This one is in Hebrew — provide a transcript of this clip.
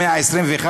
במאה ה-21,